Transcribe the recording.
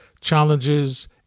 challenges